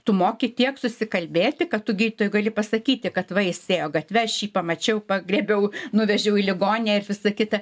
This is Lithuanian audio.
tu moki tiek susikalbėti kad tu gydytojui gali pasakyti kad va jis ėjo gatve aš jį pamačiau pagriebiau nuvežiau į ligoninę ir visa kita